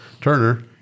Turner